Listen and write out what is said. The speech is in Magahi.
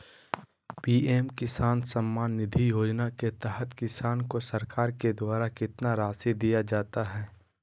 पी.एम किसान सम्मान निधि योजना के तहत किसान को सरकार के द्वारा कितना रासि दिया जाता है?